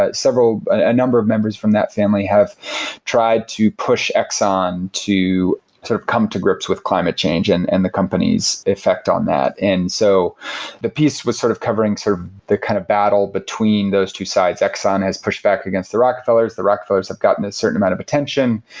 ah a a number of members from that family have tried to push exxon to sort of come to grips with climate change and and the companies effect on that. and so the piece was sort of covering for the kind of battle between those two sides. exxon has pushed back against the rockefellers, the rockefellers have gotten a certain amount of attention,